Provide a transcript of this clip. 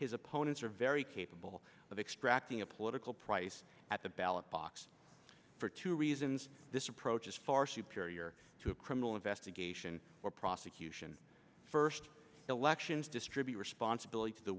his opponents are very capable of extracting a political price at the ballot box for two reasons this approach is far superior to a criminal investigation or prosecution first elections distribute responsibility to the